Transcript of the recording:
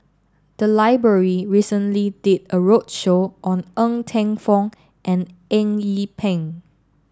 the library recently did a roadshow on Ng Teng Fong and Eng Yee Peng